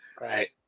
Right